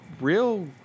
real